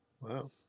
wow